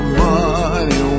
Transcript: money